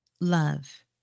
love